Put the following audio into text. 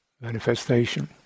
manifestation